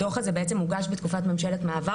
הדו"ח הזה בעצם הוגש בתקופת ממשלת מעבר